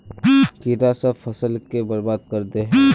कीड़ा सब फ़सल के बर्बाद कर दे है?